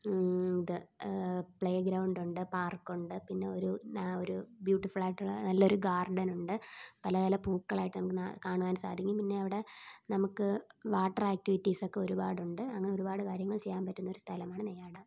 ഇത് പ്ലേഗ്രൗണ്ട് ഉണ്ട് പാർക്ക് ഉണ്ട് പിന്നെ ഒരു ഒരു ബ്യൂട്ടിഫുൾ ആയിട്ടുള്ള നല്ലൊരു ഗാർഡൻ ഉണ്ട് പല പല പൂക്കളായിട്ട് നമുക്ക് കാണുവാൻ സാധിക്കും പിന്നെ അവിടെ നമുക്ക് വാട്ടർ ആക്റ്റിവിറ്റീസ് ഒക്കെ ഒരുപാടുണ്ട് അങ്ങനെ ഒരുപാട് കാര്യങ്ങൾ ചെയ്യാൻ പറ്റുന്നൊരു സ്ഥലമാണ് നെയ്യാർ ഡാം